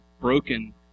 broken